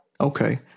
Okay